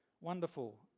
Wonderful